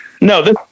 No